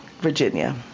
Virginia